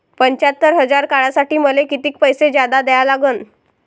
पंच्यात्तर हजार काढासाठी मले कितीक पैसे जादा द्या लागन?